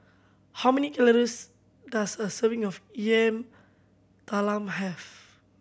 how many calories does a serving of Yam Talam have